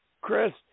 Chris